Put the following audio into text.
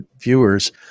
viewers